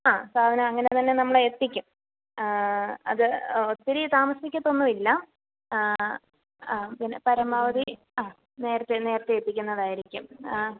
ആ സാധനം അങ്ങനെ തന്നെ നമ്മൾ എത്തിക്കും അത് ഒത്തിരി താമസിക്കത്തൊന്നുമില്ല ആ പിന്നെ പരമാവധി ആ നേരത്തെ നേരത്തെ എത്തിക്കുന്നതായിരിക്കും ആ